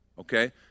okay